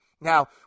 Now